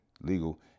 legal